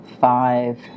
five